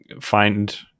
find